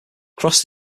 crossed